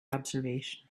observation